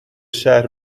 شهر